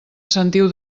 sentiu